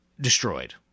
destroyed